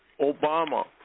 Obama